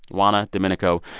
juana, domenico,